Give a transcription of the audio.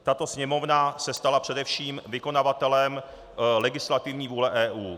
Tato Sněmovna se stala především vykonavatelem legislativní vůle EU.